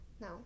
No